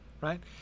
right